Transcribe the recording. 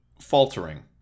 faltering